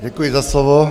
Děkuji za slovo.